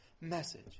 message